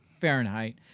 Fahrenheit